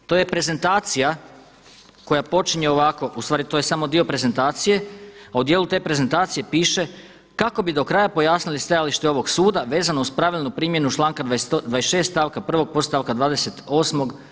To je prezentacija koja počinje ovako, ustvari to je samo dio prezentacije, a u dijelu te prezentacije piše „Kako bi do kraja pojasnili stajalište ovog suda vezano uz pravilnu primjenu članka 26. stavka 1. podstavka 28.